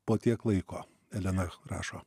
po tiek laiko elena rašo